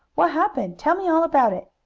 what happened? tell me all about it!